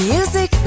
Music